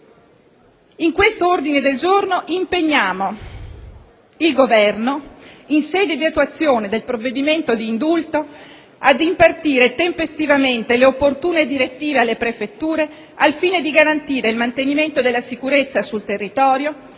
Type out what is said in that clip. diritto e della pena, impegniamo il Governo: «in sede di attuazione del provvedimento di indulto, ad impartire tempestivamente le opportune direttive alle Prefetture, al fine di garantire il mantenimento della sicurezza sul territorio